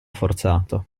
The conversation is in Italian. forzato